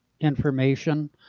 information